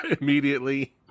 immediately